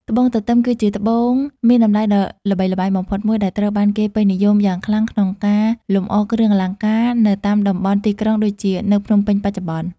ត្បូងទទឹម គឺជាត្បូងមានតម្លៃដ៏ល្បីល្បាញបំផុតមួយ ដែលត្រូវបានគេពេញនិយមយ៉ាងខ្លាំងក្នុងការលម្អគ្រឿងអលង្ការនៅតាមតំបន់ទីក្រុង ដូចជានៅភ្នំពេញបច្ចុប្បន្ន។